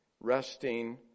resting